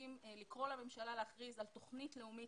ורוצים לקרוא לממשלה להכריז על תכנית לאומית